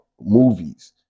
movies